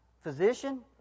physician